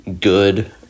good